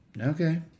Okay